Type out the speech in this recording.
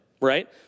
right